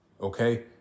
okay